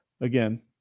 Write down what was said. again